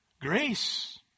Grace